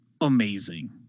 amazing